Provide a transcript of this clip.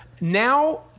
Now